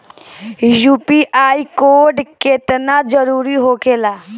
UPI code केतना जरुरी होखेला?